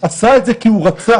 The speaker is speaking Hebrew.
עשה את זה כי הוא רצה,